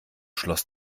schloss